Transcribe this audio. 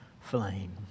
flame